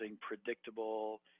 predictable